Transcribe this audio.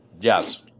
Yes